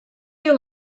yıl